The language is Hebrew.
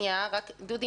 דודי,